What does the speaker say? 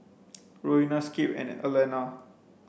Roena Skip and Allena